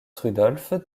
rudolf